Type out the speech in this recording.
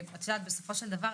בסופו של דבר,